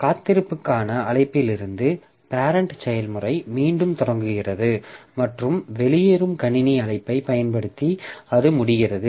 காத்திருப்புக்கான அழைப்பிலிருந்து பேரெண்ட் செயல்முறை மீண்டும் தொடங்குகிறது மற்றும் வெளியேறும் கணினி அழைப்பைப் பயன்படுத்தி அது முடிகிறது